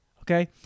Okay